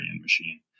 machine